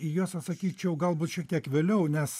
į juos atsakyčiau galbūt šiek tiek vėliau nes